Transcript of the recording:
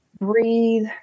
Breathe